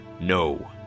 No